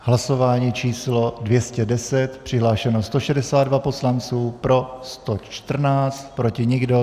V hlasování číslo 210 přihlášeno 162 poslanců, pro 114, proti nikdo.